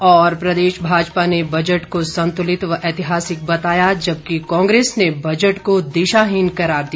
और प्रदेश भाजपा ने बजट को संतुलित व ऐतिहासिक बताया जबकि कांग्रेस ने बजट को दिशाहीन करार दिया